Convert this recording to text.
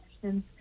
questions